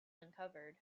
uncovered